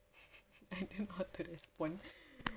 I think not to this point